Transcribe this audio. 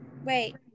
Wait